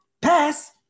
pass